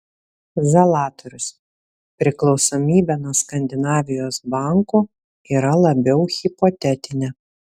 zalatorius priklausomybė nuo skandinavijos bankų yra labiau hipotetinė